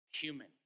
human